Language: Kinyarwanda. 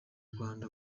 rwanda